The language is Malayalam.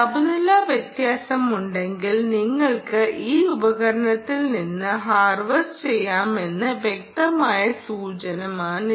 താപനില വ്യത്യാസം ഉണ്ടെങ്കിൽ നിങ്ങൾക്ക് ഈ ഉപകരണത്തിൽ നിന്ന് ഹാർവെസ്റ്റ് ചെയ്യാമെന്നത് വ്യക്തമായ സൂചകമാണിത്